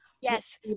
yes